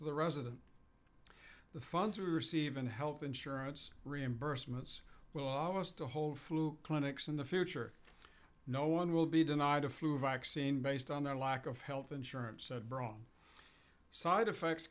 to the resident the funds are receiving health insurance reimbursements well almost a whole flu clinics in the future no one will be denied a flu vaccine based on their lack of health insurance said brom side effects